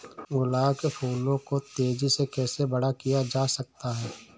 गुलाब के फूलों को तेजी से कैसे बड़ा किया जा सकता है?